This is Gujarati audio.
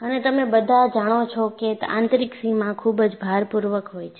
અને તમે બધા જાણો છો કે આંતરિક સીમા ખૂબ જ ભારપૂર્વક હોય છે